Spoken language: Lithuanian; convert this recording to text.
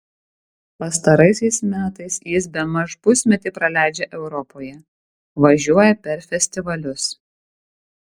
pastaraisiais metais jis bemaž pusmetį praleidžia europoje važiuoja per festivalius